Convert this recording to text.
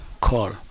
call